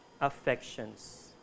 affections